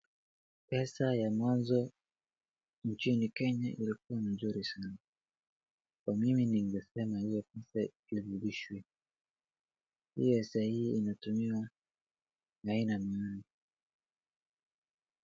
Pesa ya mwanzo nchini Kenya ilikuwa nzuri sana. Kwa mimi ningependa hiyo pesa irudishwe. Hii ya saa hii imetumiwa na haina maana.